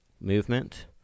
movement